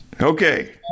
Okay